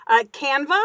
Canva